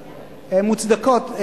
המוצדקות,